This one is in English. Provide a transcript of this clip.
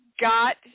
got